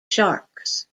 sharks